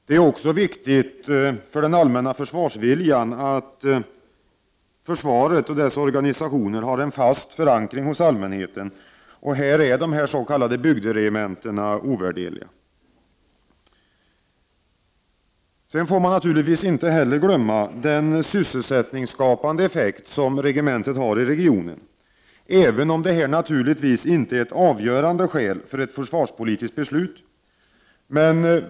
Det är också viktigt för den allmänna försvarsviljan att försvaret och dess organisationer har en fast förankring hos allmänheten. Här är de s.k. bygderegementena ovärderliga. Man får naturligtvis inte heller glömma den sysselsättningsskapande effekt som regementet har i regionen — även om detta naturligtvis inte skall vara ett avgörande skäl för ett försvarspolitiskt beslut.